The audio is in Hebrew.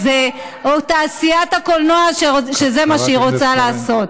את זה או בתעשיית הקולנוע שזה מה שהיא רוצה לעשות.